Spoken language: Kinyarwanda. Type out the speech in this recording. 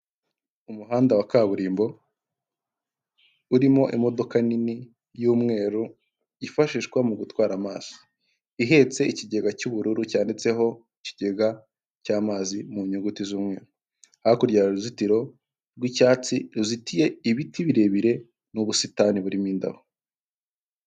Umuhanda wa kaburimbo urimo imodoka nini y'umweru yifashishwa mu gutwara amazi, ihetse ikigega cy'ubururu cyanditseho ikigega cy'amazi mu nyuguti z'umweru, hakurya hari uruzitiro rw'icyatsi ruzitiye ibiti birebire n'ubusitani burimo indabo.